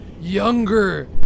younger